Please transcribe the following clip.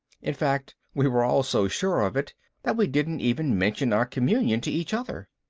in fact, we were all so sure of it that we didn't even mention our communion to each other.